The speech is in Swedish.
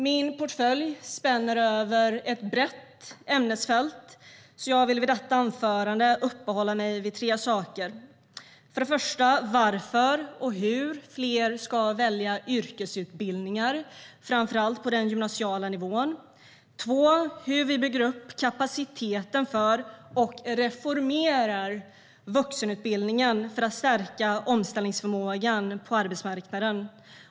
Min portfölj spänner över ett brett ämnesfält, och jag vill i detta anförande uppehålla mig vid tre saker. För det första vill jag tala om varför och hur fler ska välja yrkesutbildningar, framför allt på den gymnasiala nivån. För det andra vill jag tala om hur vi bygger upp kapaciteten för och reformerar vuxenutbildningen för att stärka omställningsförmågan på arbetsmarknaden.